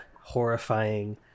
horrifying